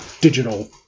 digital